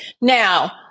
Now